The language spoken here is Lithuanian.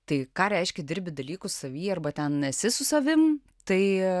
tai ką reiškia dirbi dalykus savy arba ten esi su savim tai